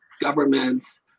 governments